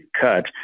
cut